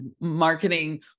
marketing